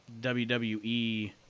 WWE